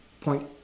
point